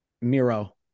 Miro